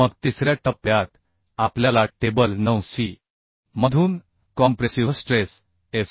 मग तिसऱ्या टप्प्यात आपल्याला टेबल 9 सी मधून कॉम्प्रेसिव्ह स्ट्रेस एफ